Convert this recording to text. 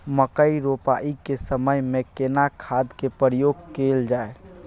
मकई रोपाई के समय में केना खाद के प्रयोग कैल जाय?